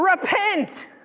REPENT